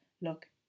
look